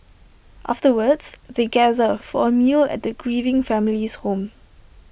afterwards they gather for A meal at the grieving family's home